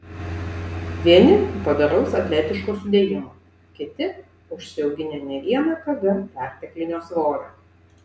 vieni padoraus atletiško sudėjimo kiti užsiauginę ne vieną kg perteklinio svorio